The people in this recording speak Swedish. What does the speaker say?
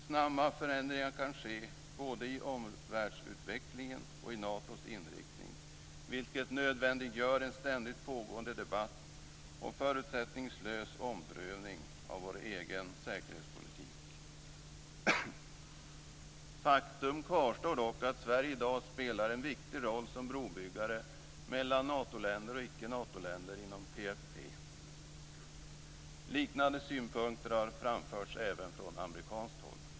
Snabba förändringar kan ske både i omvärldsutvecklingen och i Natos inriktning, vilket nödvändiggör en ständigt pågående debatt och förutsättningslös omprövning av vår egen säkerhetspolitik. Faktum kvarstår dock att Sverige i dag spelar en viktig roll som brobyggare mellan Natoländer och icke-Natoländer inom PFF. Liknande synpunkter har framförts även från amerikanskt håll.